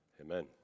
amen